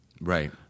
Right